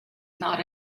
not